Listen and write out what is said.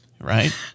Right